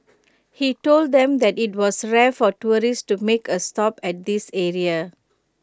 he told them that IT was rare for tourists to make A stop at this area